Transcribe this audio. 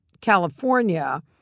California